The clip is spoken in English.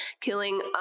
killing